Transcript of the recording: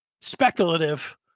speculative